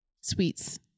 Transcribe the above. Sweets